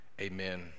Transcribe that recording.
amen